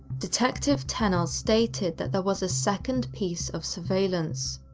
detective tennelle stated that there was a second piece of surveillance,